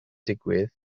digwydd